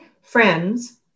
friends